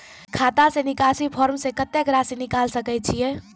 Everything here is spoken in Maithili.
खाता से निकासी फॉर्म से कत्तेक रासि निकाल सकै छिये?